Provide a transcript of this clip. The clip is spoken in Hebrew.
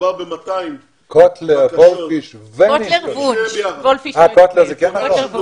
מדובר ב-200 בקשות בלבד.